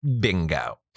Bingo